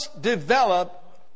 develop